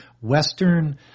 Western